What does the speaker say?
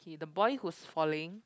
okay the boy who's falling